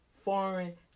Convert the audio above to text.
foreign